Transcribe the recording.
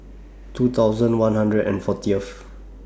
two thousand one hundred and fortieth